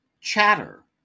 Chatter